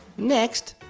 next,